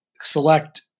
select